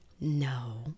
no